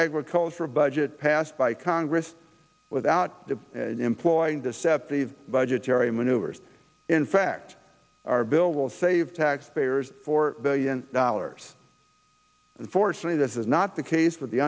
agricultural budget passed by congress without employing deceptive budgetary maneuvers in fact our bill will save taxpayers four billion dollars unfortunately this is not the case